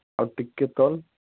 ଆର୍ ଟିକେ ତଲ୍